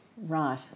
Right